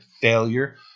failure